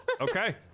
Okay